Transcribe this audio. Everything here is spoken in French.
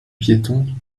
piétons